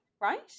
Right